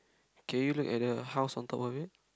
can you look at the house on top of you